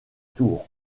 tour